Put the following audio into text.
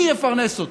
מי יפרנס אותם?